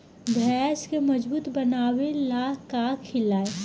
भैंस के मजबूत बनावे ला का खिलाई?